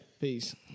Peace